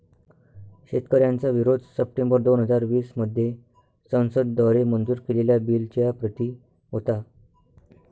शेतकऱ्यांचा विरोध सप्टेंबर दोन हजार वीस मध्ये संसद द्वारे मंजूर केलेल्या बिलच्या प्रति होता